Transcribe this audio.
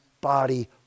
body